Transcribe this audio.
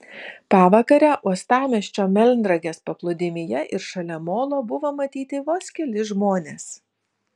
pavakarę uostamiesčio melnragės paplūdimyje ir šalia molo buvo matyti vos keli žmonės